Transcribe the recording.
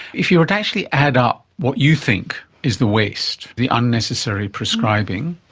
if you were to actually add up what you think is the waste, the unnecessary prescribing,